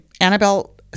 Annabelle